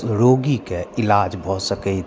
रोगीके इलाज भऽ सकैत